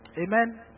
Amen